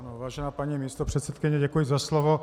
Vážená paní místopředsedkyně, děkuji za slovo.